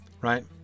right